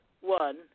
one